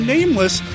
Nameless